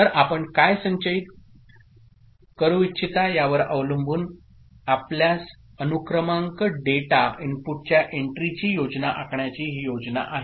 तर आपण काय संचयित करू इच्छिता यावर अवलंबून आपल्यास अनुक्रमांक डेटा इनपुटच्या एन्ट्रीची योजना आखण्याची ही योजना आहे